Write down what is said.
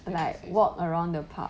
like walk around the park